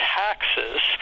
taxes